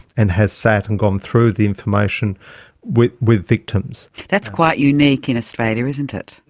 and has sat and gone through the information with with victims. that's quite unique in australia, isn't it?